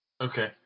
Okay